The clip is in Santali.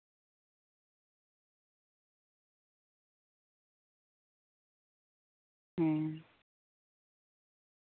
ᱦᱮᱸ